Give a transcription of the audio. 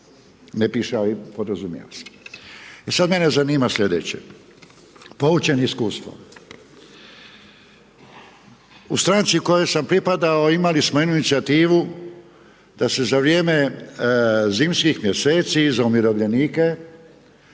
Ne piše, ali podrazumijeva se. E sad mene zanima slijedeće. Poučen iskustvom, u stranci u kojoj sam pripadao, imali smo inicijativu da se za vrijeme zimskih mjeseci i za umirovljenike